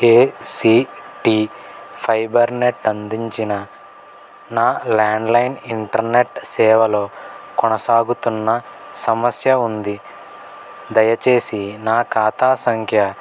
ACT Fibernet అందించిన నా landline internet సేవలో కొనసాగుతున్న సమస్య ఉంది దయచేసి నా ఖాతా సంఖ్య